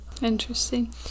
Interesting